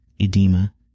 edema